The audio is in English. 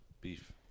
Beef